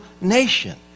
nation